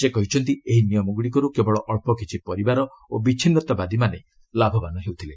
ସେ କହିଛନ୍ତି ଏହି ନିୟମଗୁଡ଼ିକରୁ କେବଳ ଅଳ୍ପ କିଛି ପରିବାର ଓ ବିଚ୍ଛିନ୍ତାବାଦୀମାନେ ଲାଭବାନ୍ ହେଉଥିଲେ